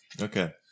Okay